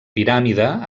piràmide